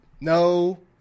No